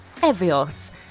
Evios